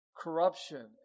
Corruption